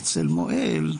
אצל מוהל,